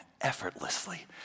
effortlessly